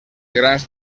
grans